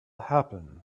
happen